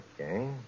Okay